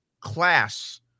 class